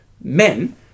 men